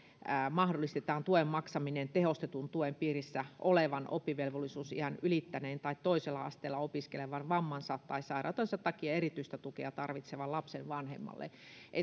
mahdollistetaan tuen maksaminen tehostetun tuen piirissä olevan oppivelvollisuusiän ylittäneen tai toisella asteella opiskelevan vammansa tai sairautensa takia erityistä tukea tarvitsevan lapsen vanhemmalle